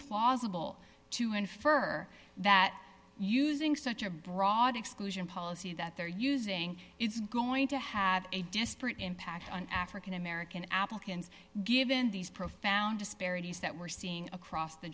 plausible to infer that using such a broad exclusion policy that they're using is going to have a disparate impact on african american applicants given these profound disparities that we're seeing across the